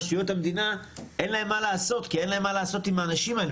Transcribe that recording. לרשויות המדינה אין מה לעשות כי אין להן מה לעשות עם האנשים האלה,